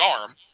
arm